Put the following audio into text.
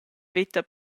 veta